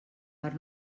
per